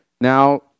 now